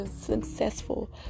successful